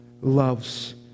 loves